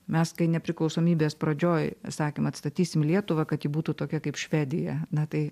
mes kai nepriklausomybės pradžioj sakėm atstatysim lietuvą kad ji būtų tokia kaip švedija na tai